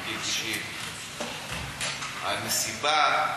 בגיל 90. המסיבה,